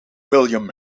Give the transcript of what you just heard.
william